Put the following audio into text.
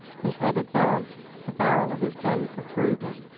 his head advanced, the barrel of his gun protruding.